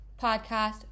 podcast